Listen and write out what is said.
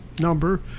Number